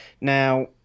now